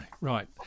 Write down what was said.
Right